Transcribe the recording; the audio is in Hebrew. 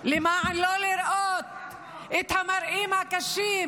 כדי לא לראות את המראות הקשים,